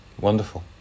Wonderful